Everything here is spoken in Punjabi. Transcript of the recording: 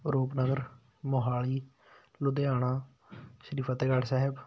ਰੂਪਨਗਰ ਮੋਹਾਲੀ ਲੁਧਿਆਣਾ ਸ਼੍ਰੀ ਫਤਿਹਗੜ੍ਹ ਸਾਹਿਬ